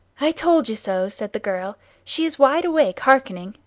i told you so, said the girl. she is wide awake hearkening.